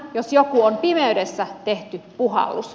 tämä jos joku on pimeydessä tehty puhallus